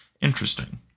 interesting